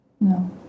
No